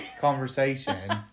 conversation